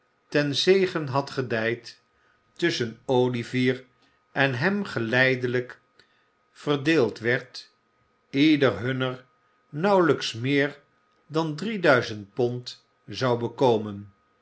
ten zegen had gedijd tusschen olivier en hem gelijdelijk verdeeld werd ieder hunner nauwelijks meer dan drie duizend pond zou bekomen